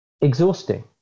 exhausting